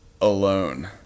alone